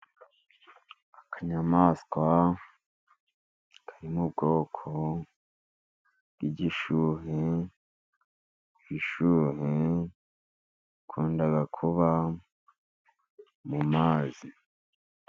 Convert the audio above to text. Akanyamaswa kari mu bwoko bw'igishuhe, igishuhe gikunda kuba mu mazi.